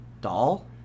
Doll